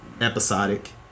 episodic